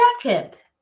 second